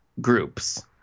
groups